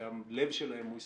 שהלב שלהן הוא ישראלי,